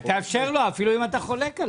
תאפשר לו, אפילו אם אתה חולק על זה.